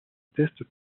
test